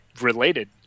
related